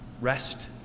Rest